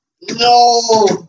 No